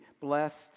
blessed